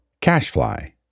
Cashfly